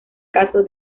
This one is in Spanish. caso